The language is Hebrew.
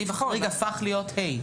הסעיף החריג הפך להיות (ה).